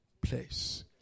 place